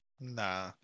Nah